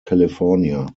california